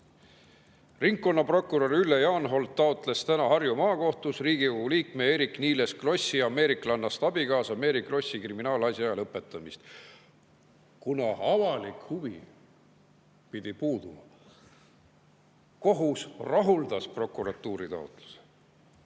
"Ringkonnaprokurör Ülle Jaanhold taotles täna Harju maakohtus riigikogu liikme Eerik-Niiles Krossi ameeriklannast abikaasa Mary Krossi kriminaalasja lõpetamist, kuna avalik huvi selles puudub. Kohus rahuldas prokuratuuri taotluse."